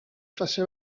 fase